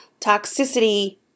Toxicity